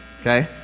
Okay